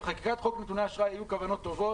בחקיקת חוק נתוני אשראי היו כוונות טובות,